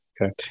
Okay